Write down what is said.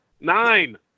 Nine